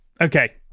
okay